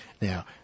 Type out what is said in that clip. Now